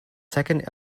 second